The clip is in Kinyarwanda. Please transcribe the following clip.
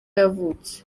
yavutse